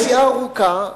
נסיעה ארוכה,